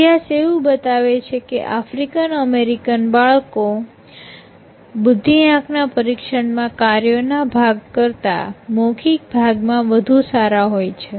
અભ્યાસ એવું બતાવે છે કે આફ્રિકન અમેરિકન બાળકો બુદ્ધિઆંક ના પરીક્ષણમાં કાર્યોના ભાગ કરતા મૌખિક ભાગમાં વધુ સારા હોય છે